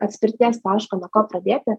atspirties taško nuo ko pradėti